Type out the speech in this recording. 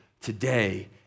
today